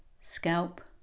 scalp